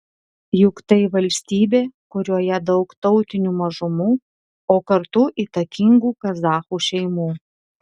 juk tai valstybė kurioje daug tautinių mažumų o kartu įtakingų kazachų šeimų